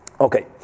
Okay